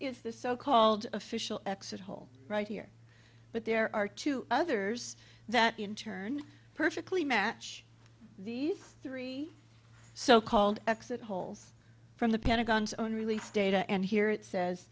is the so called official exit hole right here but there are two others that in turn perfectly match these three so called exit holes from the pentagon's own release data and here it says